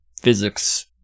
physics